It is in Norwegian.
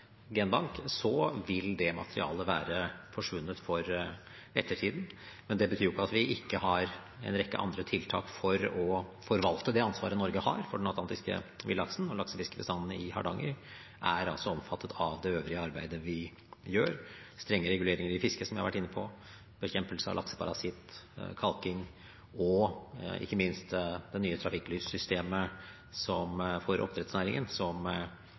rekke andre tiltak for å forvalte det ansvaret Norge har for den atlantiske villaksen. Laksefiskbestanden i Hardanger er omfattet av det øvrige arbeidet vi gjør: strenge reguleringer i fiske, som jeg har vært inne på, bekjempelse av lakseparasitt, kalking og ikke minst det nye «trafikklyssystemet» for oppdrettsnæringen, som